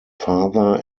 father